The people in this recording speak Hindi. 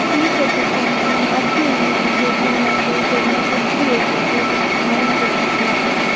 ठीक है तो फिर मैडम आती हूँ मैं एक दो दिन में अगर घर में कोई फ्री है तो फिर आएंगे हम साथ में